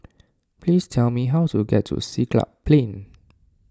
please tell me how to get to Siglap Plain